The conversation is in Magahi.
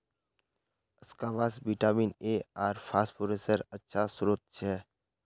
स्क्वाश विटामिन ए आर फस्फोरसेर अच्छा श्रोत छ